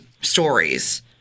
stories